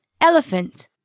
elephant